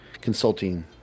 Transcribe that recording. consulting